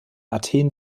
athen